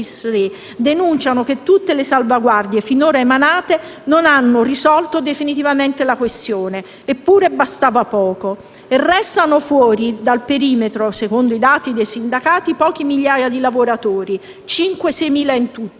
denunciano che tutte le salvaguardie finora emanate non hanno risolto definitivamente la questione Eppure bastava poco. Restano ancora fuori dal perimetro, secondo i dati dei sindacati, poche migliaia di lavoratori (5.000 o 6.000 in tutto),